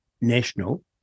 National